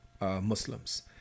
Muslims